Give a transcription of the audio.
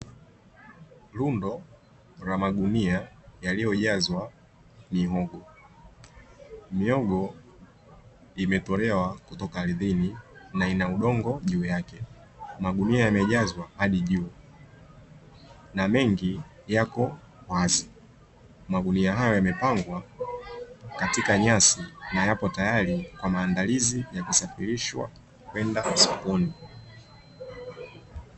Rundo la magunia yaliyojazwa mihogo. Mihogo imetolewa kutoka ardhini na ina udongo juu yake. Magunia yamejazwa hadi juu na mengi yapo wazi. Magunia hayo yamepangwa katika nyasi na yapo tayari kwa maandalizi ya kusafirishwa kwenda sokoni.